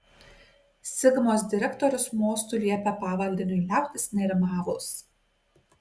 sigmos direktorius mostu liepė pavaldiniui liautis nerimavus